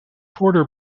porter